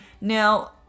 Now